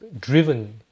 Driven